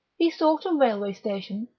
he sought a railway station,